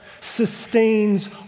sustains